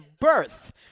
birth